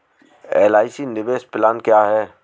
LIC निवेश plan क्या है?